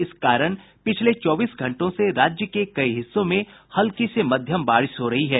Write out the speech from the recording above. इस कारण पिछले चौबीस घंटों से राज्य के कई हिस्सों में हल्की सी मध्यम बारिश हो रही है